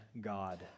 God